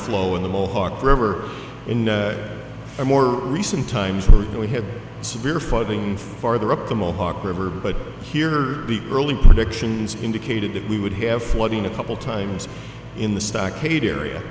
flow in the mohawk forever in a more recent times where we have severe flooding farther up the mohawk river but here the early predictions indicated that we would have flooding a couple times in the